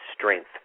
strength